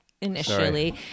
initially